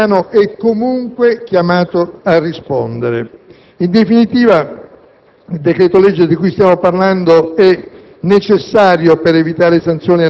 della quale il legislatore italiano è comunque chiamato a rispondere. In definitiva, il decreto‑legge di cui stiamo parlando è